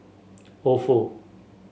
Ofo